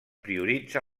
prioritza